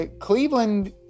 Cleveland